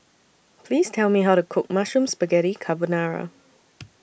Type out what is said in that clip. Please Tell Me How to Cook Mushroom Spaghetti Carbonara